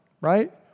right